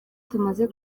tumaze